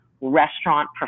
restaurant